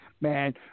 Man